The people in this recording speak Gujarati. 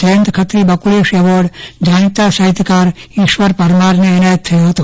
જયંત ખત્રી બકુલેશ એવોર્ડ જાણીતા સાહિત્યકાર ઇશ્વર પરમારને એનાયત થયો હતો